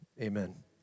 amen